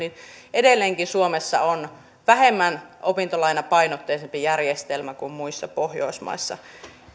edelleenkin suomessa on vähemmän opintolainapainotteinen järjestelmä kuin muissa pohjoismaissa